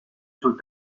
sul